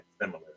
similar